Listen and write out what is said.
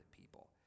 people